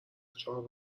چهارراه